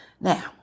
Now